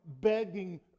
begging